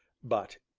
but,